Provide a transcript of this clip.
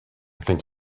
think